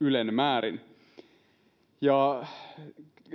ylenmäärin